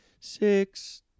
Six